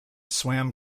swam